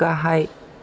गाहाय